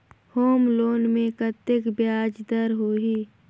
Home loan मे कतेक ब्याज दर होही?